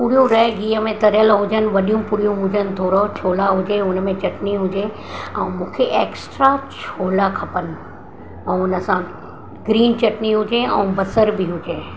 पूरियूं रै गिह में तरियल हुजनि वॾियूं पूरियूं हुजनि थोरो छोला हुजे हुन में चटनी हुजे ऐं मूंखे ऐक्स्ट्रा छोला खपनि ऐं हुन सां ग्रीन चटनी हुजे ऐं बसरि बि हुजे